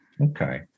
Okay